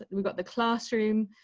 and we got the classroom.